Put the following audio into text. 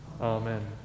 Amen